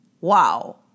wow